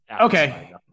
okay